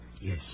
Yes